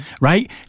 right